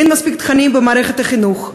אין מספיק תכנים במערכת החינוך.